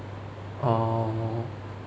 orh